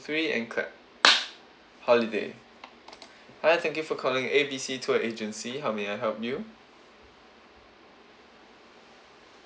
three and clap holiday hi thank you for calling A B C tour agency how may I help you